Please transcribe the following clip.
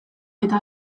eta